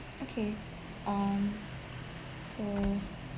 okay um so